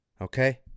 Okay